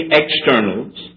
externals